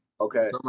Okay